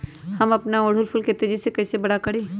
हम अपना ओरहूल फूल के तेजी से कई से बड़ा करी?